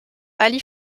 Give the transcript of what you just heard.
ali